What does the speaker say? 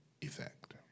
effect